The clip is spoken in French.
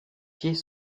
pieds